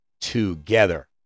together